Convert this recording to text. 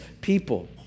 people